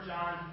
John